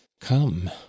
come